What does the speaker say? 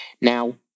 Now